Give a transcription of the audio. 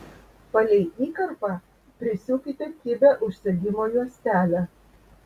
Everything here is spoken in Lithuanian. palei įkarpą prisiūkite kibią užsegimo juostelę